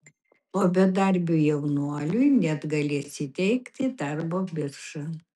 o bedarbiui jaunuoliui net galės įteikti darbo birža